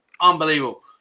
unbelievable